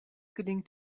gelingt